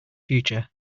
future